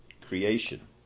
creation